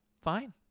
fine